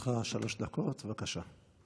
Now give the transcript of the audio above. לרשותך שלוש דקות, בבקשה.